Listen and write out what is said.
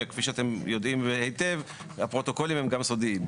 וכפי שאתם יודעים היטב, הפרוטוקולים הם גם סודיים,